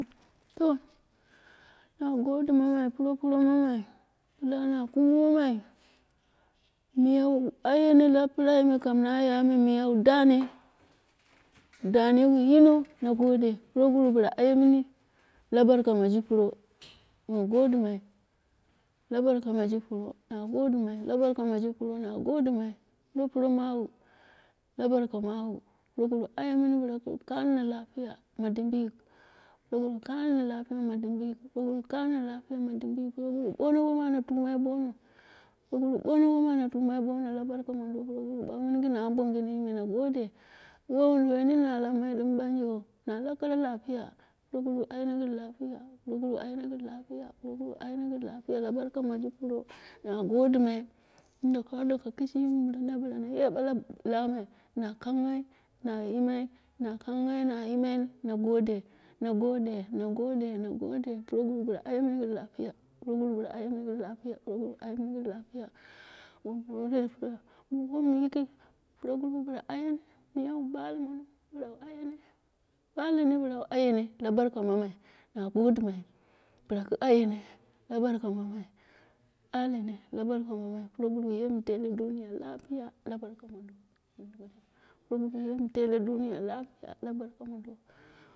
To, na godima, na puro puro muma kida na lamina miya bila wu ayene la pirai na yame miya wu dane, wu dane wu yino na gode, puroguru bila aye mini la barka mi ji pro min godimai la barka miji pro na godi mai, la barka miji pro, la barka mawu aye mini bila kaimu lapiya ma dimbiyi, proguru karna lapiya mu dimbi yik, proguru bono wana ana tumai bono, proguru bono womn ana tiumai bono la barka mondo proguru, pro baghi mini gin amboi me na gode, wai wunduwoi nini la kumai din banjeu, na lau kara lapiya proguru ayene gɨn lapiya proguru ayene gɨn lapiya, proguru ayene gɨn lapiya la barka ma ji pro, na godimai kami ka doka kishimi, minima bila miye bula komai na kangheni na yimai, na kangheu na yimai, na gode, na gode, na gode, na gode, proguru bɨla aye mini gɨn lapiya, proguru ayeni gin lapiya aye mini gɨn lapiya. Wun minkwo, wonmin koi, proguru aye, miya bila bale mini proguru ayene, balene, bila wu ayene la barka mamani, na godemai bila kɨ ayene la barka mammi, aye ne la barka mamai proguru ye mu tela duniya lapiya la barka mondo, mu gode, bila mu tele duniya lapiya la barka mondo.